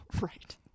Right